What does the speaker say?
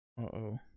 uh-oh